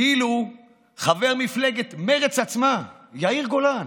ואילו חבר מפלגת מרצ עצמה, יאיר גולן,